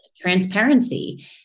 transparency